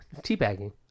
teabagging